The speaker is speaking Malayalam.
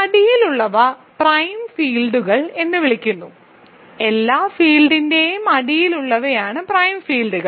ഈ അടിയിലുള്ളവയെ പ്രൈം ഫീൽഡുകൾ എന്ന് വിളിക്കുന്നു എല്ലാ ഫീൽഡിന്റെയും അടിയിലുള്ളവയാണ് പ്രൈം ഫീൽഡുകൾ